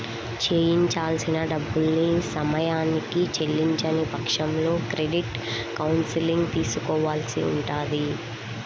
చెల్లించాల్సిన డబ్బుల్ని సమయానికి చెల్లించని పక్షంలో క్రెడిట్ కౌన్సిలింగ్ తీసుకోవాల్సి ఉంటది